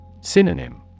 Synonym